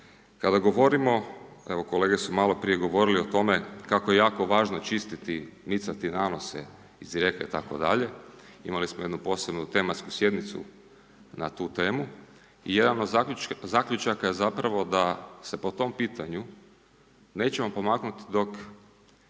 Kada govorimo, evo kolege su malo prije govorili o tome, kako je jako važno čistiti, micati nanose iz rijeke, i tako dalje, imali smo jednu posebnu tematsku sjednicu na tu temu i jedan od zaključaka je zapravo da se po tom pitanju nećemo pomaknuti dok